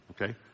Okay